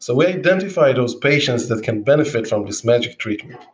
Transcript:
so we identify those patients that can benefit from this magic treatment.